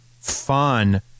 fun